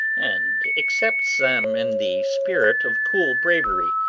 and accepts them in the spirit of cool bravery,